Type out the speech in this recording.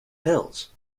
pills